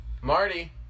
Marty